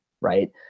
Right